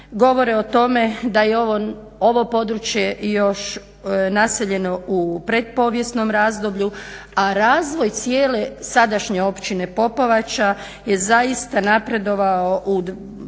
govore o tome da je ovo područje još naseljeno u pretpovijesnom razdoblju, a razvoj cijele sadašnje Općine Popovača je zaista napredovao u